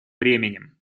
временем